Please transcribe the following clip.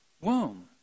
womb